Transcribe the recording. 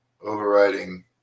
overriding